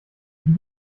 wie